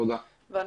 תודה.